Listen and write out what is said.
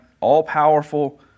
All-powerful